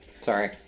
Sorry